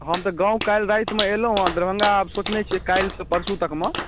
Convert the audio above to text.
हम तऽ गाम काल्हि रातिमे अएलहुँ हँ दरभङ्गा आब सोचने छिए काल्हिसँ परसू तकमे